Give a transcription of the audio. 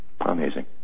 amazing